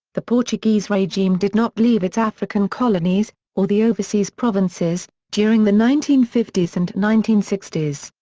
the portuguese regime did not leave its african colonies, or the overseas provinces, during the nineteen fifty s and nineteen sixty s.